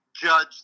judge